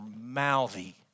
mouthy